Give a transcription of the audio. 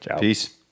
Peace